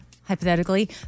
hypothetically